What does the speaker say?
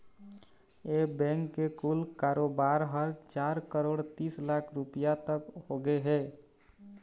ए bank के कुल कारोबार ह चार करोड़ तीस लाख रूपिया तक होगे हे